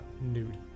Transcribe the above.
nude